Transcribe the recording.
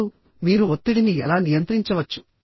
ఇప్పుడు మీరు ఒత్తిడిని ఎలా నియంత్రించవచ్చు